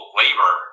labor